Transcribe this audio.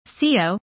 CO